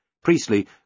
Priestley